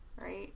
right